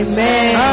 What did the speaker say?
Amen